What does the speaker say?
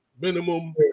minimum